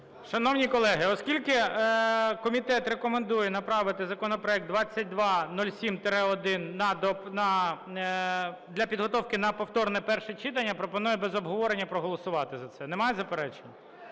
Шановні колеги, оскільки комітет рекомендує направити законопроект 2207-1 для підготовки на повторне перше читання, пропоную без обговорення проголосувати за це. Немає заперечень?